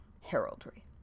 heraldry